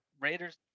Raiders